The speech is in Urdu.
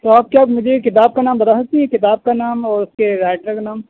تو آپ کیا مجھے کتاب کا نام بتا سکتی ہیں کتاب کا نام اور اس کے رائٹر کا نام